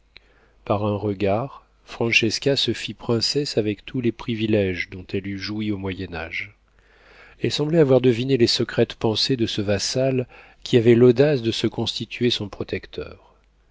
par un regard francesca se fit princesse avec tous les priviléges dont elle eût joui au moyen-age elle semblait avoir deviné les secrètes pensées de ce vassal qui avait l'audace de se constituer son protecteur